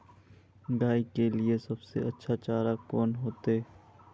गाय के लिए सबसे अच्छा चारा कौन होते?